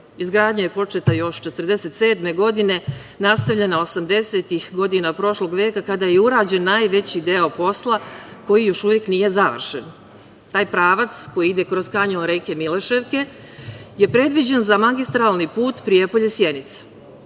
Izgradnja je početa još 1947. godine, nastavljena osamdesetih godina prošlog veka, kada je i urađen najveći deo posla koji još uvek nije završen. Taj pravac, koji ide kroz kanjon reke Miloševke, je predviđen za magistralni put Prijepolje – Sjenica.